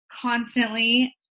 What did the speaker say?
constantly